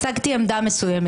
הצגתי עמדה מסוימת.